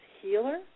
healer